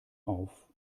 auf